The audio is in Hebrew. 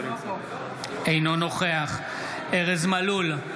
אינו נוכח ארז מלול,